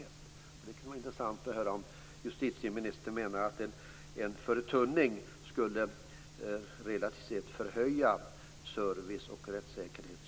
Det kan vara intressant att höra om justitieministern menar att en förtunning skulle relativt sett förbättra service och rättssäkerhet.